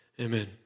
Amen